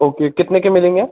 okay कितने के मिलेंगे